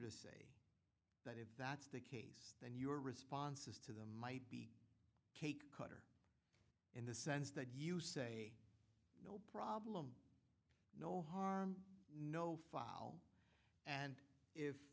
that if that's the case then your responses to the might be cake cutter in the sense that you say no problem no harm no foul and if